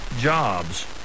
jobs